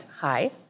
Hi